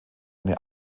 eine